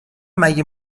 مگه